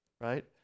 right